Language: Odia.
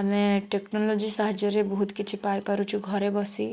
ଆମେ ଟେକ୍ନୋଲୋଜି ସାହାଯ୍ୟରେ ବହୁତ କିଛି ପାଇପାରୁଛୁ ଘରେ ବସି